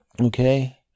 Okay